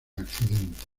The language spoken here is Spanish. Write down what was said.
accidente